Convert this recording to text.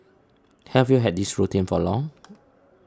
have you had this routine for long